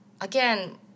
again